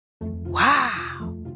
Wow